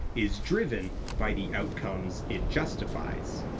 is driven by the outcomes it justifies.